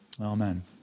Amen